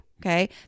Okay